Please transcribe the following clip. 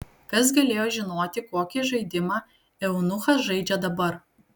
kas galėjo žinoti kokį žaidimą eunuchas žaidžia dabar